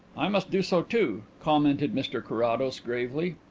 i must do so too, commented mr carrados gravely.